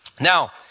Now